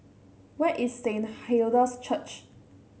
where is Saint Hilda's Church